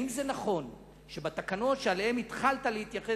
האם זה נכון שבתקנות שאליהן התחלת להתייחס